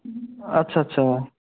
আচ্ছা আচ্ছা